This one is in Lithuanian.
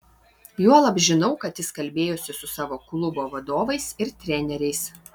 juolab žinau kad jis kalbėjosi su savo klubo vadovais ir treneriais